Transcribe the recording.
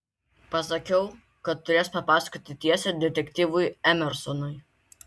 pasakiau kad turės papasakoti tiesą detektyvui emersonui